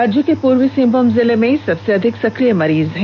राज्य के पूर्वी सिंहभूम जिले में सबसे अधिक सक्रिय मरीज हैं